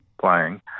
playing